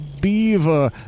beaver